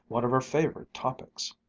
one of her favorite topics.